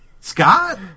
Scott